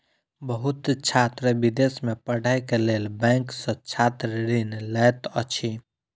बहुत छात्र विदेश में पढ़ैक लेल बैंक सॅ छात्र ऋण लैत अछि